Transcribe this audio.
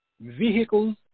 vehicles